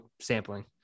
sampling